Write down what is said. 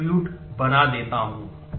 attribute बना देता हूं